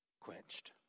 quenched